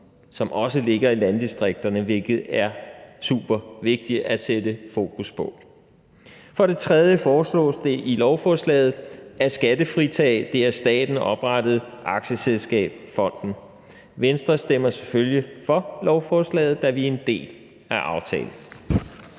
som også ligger i landdistrikterne – hvilket er super vigtigt at sætte fokus på. For det tredje foreslås det i lovforslaget at skattefritage det af staten oprettede aktieselskab, Fonden. Venstre stemmer selvfølgelig for lovforslaget, da vi er en del af aftalen.